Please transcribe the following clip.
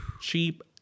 cheap